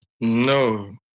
No